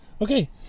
Okay